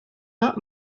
not